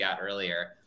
earlier